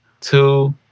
Two